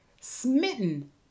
smitten